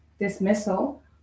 dismissal